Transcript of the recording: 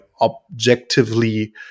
objectively